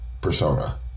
persona